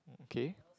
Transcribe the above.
okay